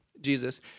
Jesus